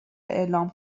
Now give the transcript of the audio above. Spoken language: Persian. اعلام